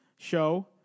show